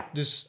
Dus